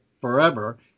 forever